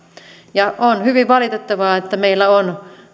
on hyvin valitettavaa että meillä on